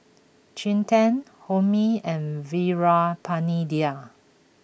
Chetan Homi and Veerapandiya